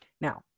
Now